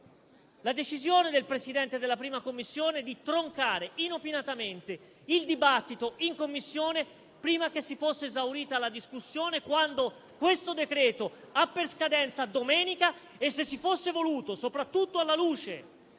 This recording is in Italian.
la decisione del Presidente della 1a Commissione di troncare inopinatamente il dibattito in Commissione prima che si fosse esaurita la discussione, quando questo decreto-legge ha per scadenza la prossima domenica e, se si fosse voluto, soprattutto alla luce